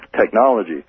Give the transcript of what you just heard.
technology